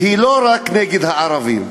והיא לא רק נגד הערבים.